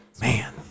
man